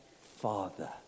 Father